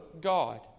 God